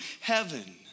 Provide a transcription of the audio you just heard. heaven